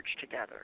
together